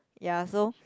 ya so